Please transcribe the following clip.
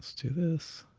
let's do this.